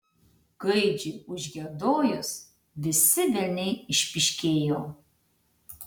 gaidžiui užgiedojus visi velniai išpyškėjo